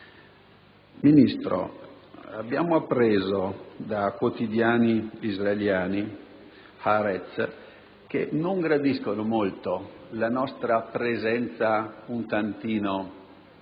Ministro, abbiamo appreso da quotidiani israeliani, come "Haaretz", che non gradiscono molto la nostra presenza un tantino